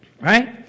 Right